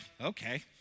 okay